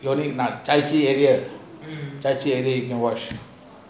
you go watch